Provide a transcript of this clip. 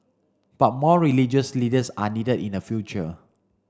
but more religious leaders are needed in the future